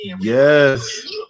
Yes